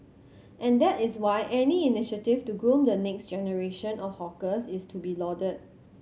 and that is why any initiative to groom the next generation of hawkers is to be lauded